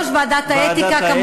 ועדת האתיקה קיבלה את ההחלטות.